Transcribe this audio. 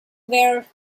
where